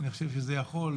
אני חושב שזה יכול,